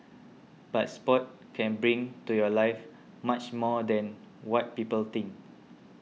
but sport can bring to your life much more than what people think